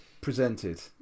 presented